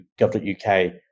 gov.uk